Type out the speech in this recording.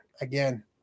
again